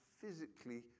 physically